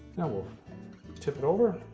now, we'll tip it over.